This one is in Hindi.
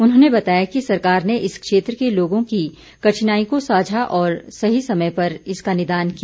उन्होंने बताया कि सरकार ने इस क्षेत्र के लोगों की कठिनाई को समझा और सही समय पर इसका निदान किया